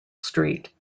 street